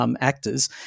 actors